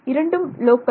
இரண்டும் லோக்கல்